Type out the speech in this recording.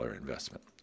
investment